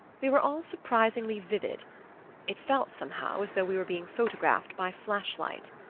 we were all surprisingly vivid it felt, somehow, as though we were being photographed by flash-light.